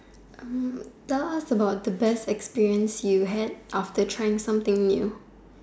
Hm tell us about the best experience you had after trying something new